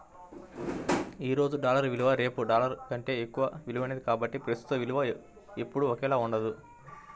ఈ రోజు డాలర్ విలువ రేపు డాలర్ కంటే ఎక్కువ విలువైనది కాబట్టి ప్రస్తుత విలువ ఎప్పుడూ ఒకేలా ఉండదు